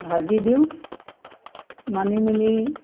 ভাজি দিওঁ মানিমুনি